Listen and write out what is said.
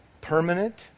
Permanent